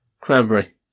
Cranberry